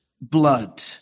blood